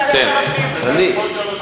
בעוד שלוש דקות